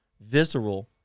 visceral